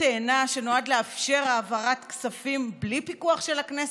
תאנה שנועד לאפשר העברת כספים בלי פיקוח של הכנסת?